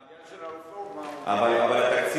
העניין של הרפורמה הוא מעין תירוץ.